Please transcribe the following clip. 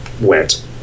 went